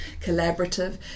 Collaborative